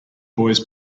boys